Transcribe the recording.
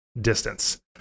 distance